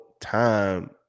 time